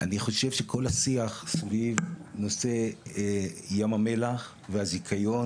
אני חושב שכל השיח סביב נושא ים המלח והזיכיון,